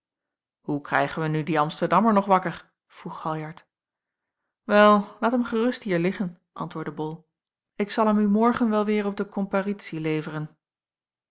hoe krijgen wij nu dien amsterdammer nog wakker vroeg galjart wel laat hem gerust hier liggen antwoordde bol ik zal hem u morgen wel weêr op de komparitie leveren